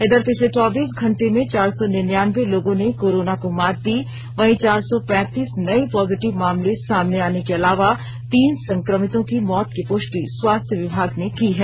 इधर पिछले चौबीस घंटे में चार सौ निन्यान्बे लोगों ने कोरोना को मात दी वहीं चार सौ पैंतीस नए पॉजिटिव मामले सामने आने के अलावा तीन संक्रमितों की मौत की पुष्टि स्वास्थ्य विभाग ने की है